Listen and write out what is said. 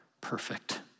perfect